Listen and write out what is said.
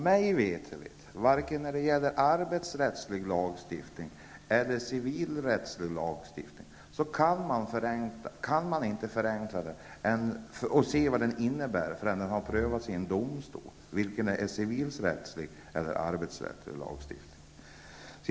Mig veterligt kan man inte förenkla vare sig arbetsrättslig lagstiftning eller civilrättslig lagstiftning, och se vad den innebär, förrän det har prövats i domstol vad som är civilrättslig eller arbetsrättslig lagstiftning.